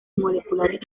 moleculares